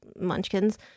munchkins